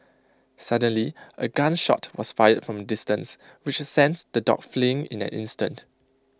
suddenly A gun shot was fired from A distance which sent the dogs fleeing in an instant